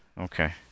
okay